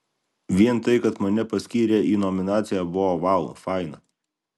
vien tai kad mane paskyrė į nominaciją buvo vau faina